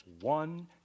one